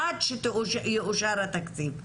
עד שיאושר התקציב,